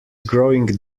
growing